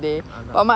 அதான்:athaan